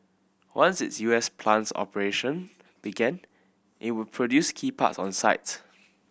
once its U S plant's operation began it would produce key parts on site